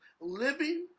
living